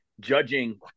judging